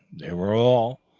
they were all,